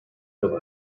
yol